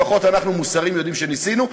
לפחות אנחנו מוסריים, יודעים שניסינו.